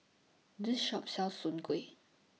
This Shop sells Soon Kway